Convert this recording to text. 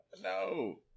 No